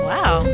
Wow